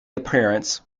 appearance